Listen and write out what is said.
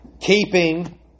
keeping